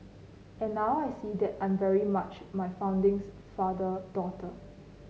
and now I see that I'm very much my founding father daughter